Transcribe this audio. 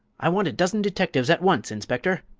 i want a dozen detectives, at once, inspector!